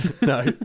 no